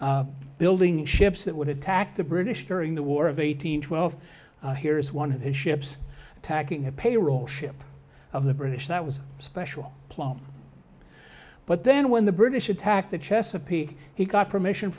men building ships that would attack the british during the war of eighteen twelve here's one of his ships tacking a payroll ship of the british that was a special plum but then when the british attacked the chesapeake he got permission